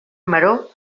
maror